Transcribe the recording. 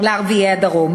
לערביי הדרום.